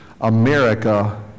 America